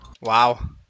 Wow